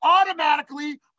Automatically